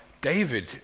David